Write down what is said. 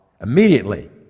Immediately